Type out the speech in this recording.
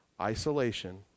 Isolation